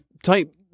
Type